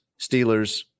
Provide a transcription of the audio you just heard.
Steelers